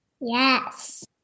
Yes